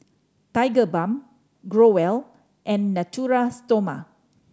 Tigerbalm Growell and Natura Stoma